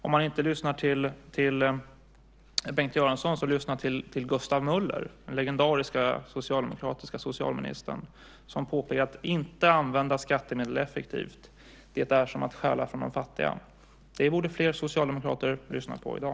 Om han inte lyssnar till Bengt Göransson, så lyssna till Gustav Möller, den legendariska socialdemokratiska socialministern, som påpekade att inte använda skattemedel effektivt är som att stjäla från de fattiga. Det borde fler socialdemokrater lyssna på i dag.